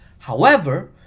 however,